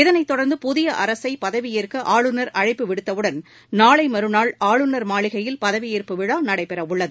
இதனைத் தொடர்ந்து புதிய அரசை பதவியேற்க ஆளுநர் அழைப்பு விடுத்தவுடன் நாளை மறுநாள் ஆளுநர் மாளிகையில் பதவியேற்பு விழா நடைபெற உள்ளது